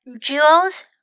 Jewel's